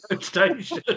station